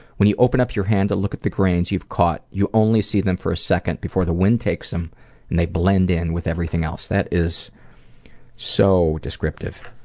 when you open up your hand to look at the grains you've caught, you only see them for a second before the wind takes them and they blend in with everything else. that is so descriptive.